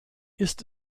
ist